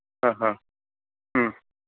ఆహా